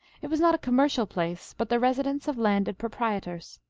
it was not a commercial place, but the residence of landed proprietors.